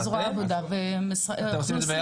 זה אתם?